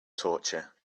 torture